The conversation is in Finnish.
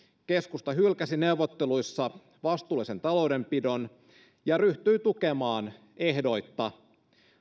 keskusta hylkäsi neuvotteluissa vastuullisen taloudenpidon ja ryhtyy tukemaan ehdoitta